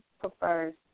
prefers